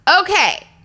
Okay